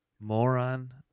moron